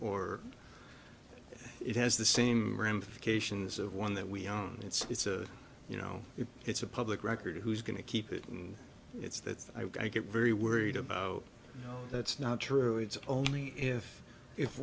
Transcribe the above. or it has the same ramifications of one that we own it's a you know if it's a public record who's going to keep it and it's that i get very worried about you know that's not true it's only if if